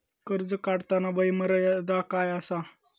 कर्ज काढताना वय मर्यादा काय आसा?